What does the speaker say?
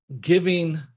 giving